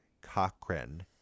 Cochrane